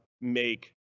make